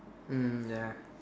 mm ya